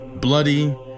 bloody